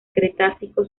cretácico